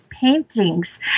paintings